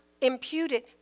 imputed